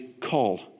call